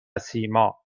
سیما